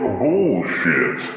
bullshit